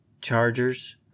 Chargers